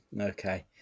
Okay